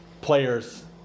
players